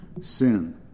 sin